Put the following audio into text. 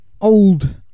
old